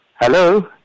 Hello